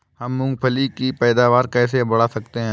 हम मूंगफली की पैदावार कैसे बढ़ा सकते हैं?